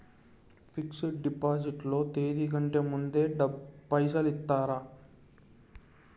Fix డ్ deposit లో తేది కంటే ముందే పైసలు ఇత్తరా?